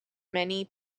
many